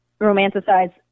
romanticize